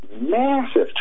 massive